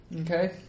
Okay